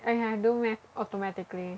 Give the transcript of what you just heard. !aiya! I do math automatically